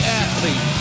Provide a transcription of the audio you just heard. athlete